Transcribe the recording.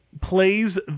plays